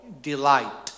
delight